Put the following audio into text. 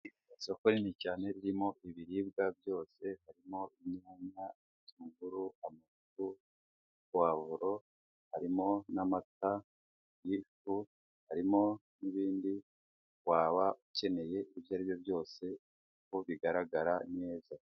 Umuhanda urimo ibimenyeto by'umuhanda, hakurya hakaba hari igikoresho gishinzwe gufotora imodoka zirimo zirirukanka. Icyapa kirimo kwaka mu itara ry'umutuku hakurya hakaba hari ibiti ndetse n'amapoto atwaye insinga z'amashanyarazi.